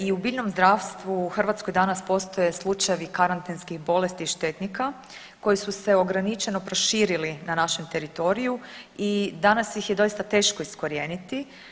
I u biljnom zdravstvu u Hrvatskoj danas postoje slučajevi karantenskih bolesti štetnika koji su se ograničeno proširili na našem teritoriju i danas ih je doista teško iskorijeniti.